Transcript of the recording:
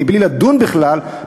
מבלי לדון בכלל,